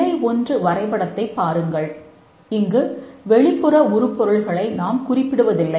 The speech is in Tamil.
நிலை 1 வரைபடத்தைப் பாருங்கள் இங்கு வெளிப்புற உருப்பொருள்களை நாம் குறிப்பிடுவதில்லை